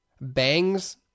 bangs